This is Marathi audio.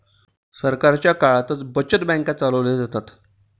सरकारच्या काळातच बचत बँका चालवल्या जातात